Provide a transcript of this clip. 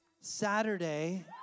Saturday